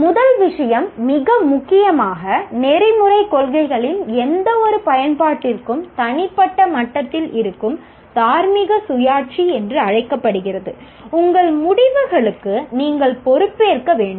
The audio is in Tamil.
முதல் விஷயம் மிக முக்கியமாக நெறிமுறைக் கொள்கைகளின் எந்தவொரு பயன்பாட்டிற்கும் தனிப்பட்ட மட்டத்தில் இருக்கும் தார்மீக சுயாட்சி என்று அழைக்கப்படுகிறது உங்கள் முடிவுகளுக்கு நீங்கள் பொறுப்பேற்க வேண்டும்